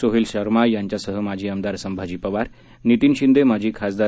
police अधीक्षक सोहेल शर्मा यांच्यासह माजी आमदार संभाजी पवार नितीन शिंदे माजी खासदार